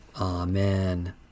Amen